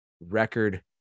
record